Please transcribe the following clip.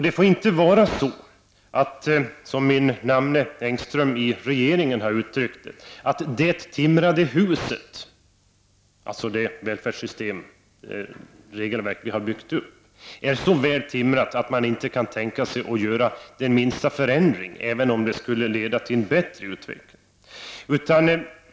Det får inte vara så, som min namne Engström i regeringen har uttryckt sig, att ”det timrade huset” — dvs. det välfärdssystem vi har byggt upp — är så väl timrat att man inte kan tänka sig att göra den minsta förändring även om en sådan skulle leda till en bättre utveckling.